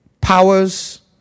powers